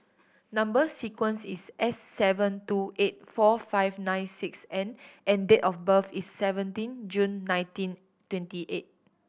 number sequence is S seven two eight four five nine six N and date of birth is seventeen June nineteen twenty eight